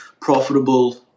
profitable